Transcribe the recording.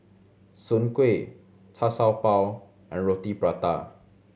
Soon Kueh Char Siew Bao and Roti Prata